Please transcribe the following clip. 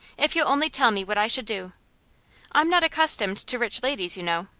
if you'll only tell me what i should do i'm not accustomed to rich ladies, you know.